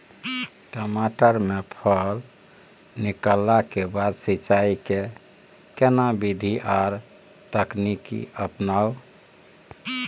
टमाटर में फल निकलला के बाद सिंचाई के केना विधी आर तकनीक अपनाऊ?